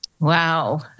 Wow